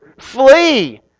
Flee